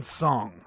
song